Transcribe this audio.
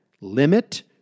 limit